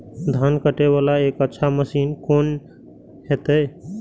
धान कटे वाला एक अच्छा मशीन कोन है ते?